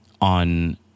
on